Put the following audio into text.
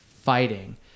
fighting